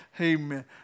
Amen